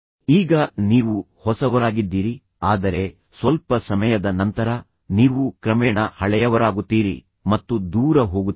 ಈಗ ನೀವು ಹೊಸವರಾಗಿದ್ದೀರಿ ಆದರೆ ಸ್ವಲ್ಪ ಸಮಯದ ನಂತರ ನೀವು ಕ್ರಮೇಣ ಹಳೆಯವರಾಗುತ್ತೀರಿ ಮತ್ತು ದೂರ ಹೋಗುತ್ತೀರಿ